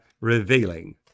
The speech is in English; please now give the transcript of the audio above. revealing